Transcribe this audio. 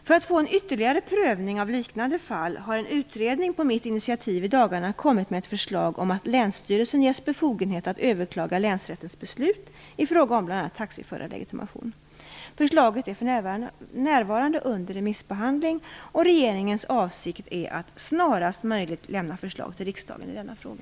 För att få en ytterligare prövning av liknande fall har en utredning på mitt initiativ i dagarna kommit med ett förslag om att länsstyrelsen ges befogenhet att överklaga länsrättens beslut i fråga om bl.a. taxiförarlegitimation. Förslaget är för närvarande under remissbehandling, och regeringens avsikt är att snarast möjligt lämna förslag till riksdagen i denna fråga.